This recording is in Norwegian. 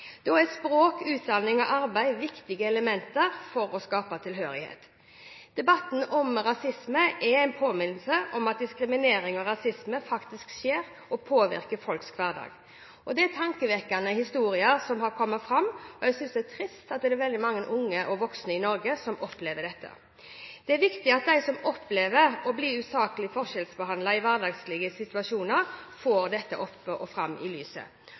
er språk, utdanning og arbeid viktige elementer for å skape tilhørighet. Debatten om rasisme er en påminnelse om at diskriminering og rasisme faktisk skjer og påvirker folks hverdag. Det er tankevekkende historier som har kommet fram, og jeg synes det er trist at det er veldig mange unge og voksne i Norge som opplever dette. Det er viktig at de som opplever å bli usaklig forskjellsbehandlet i hverdagslige situasjoner, får dette opp og fram i lyset.